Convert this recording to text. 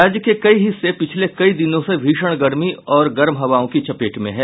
राज्य के कई हिस्से पिछले कई दिनों से भीषण गर्मी और गर्म हवाओं की चपेट में है